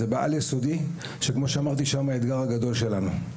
זה בעל-יסודי שכמו שאמרתי, שם האתגר הגדול שלנו.